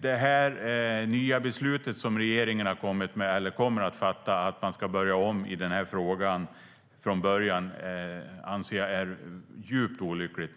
Det nya beslut som regeringen kommer att fatta, om att börja om från början i den här frågan, anser jag är djupt olyckligt.